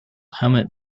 helmet